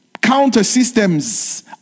Counter-systems